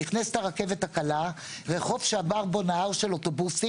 נכנסת הרכבת הקלה ורחוב שעבר בו נהר של אוטובוסים